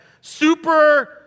super